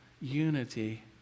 unity